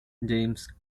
james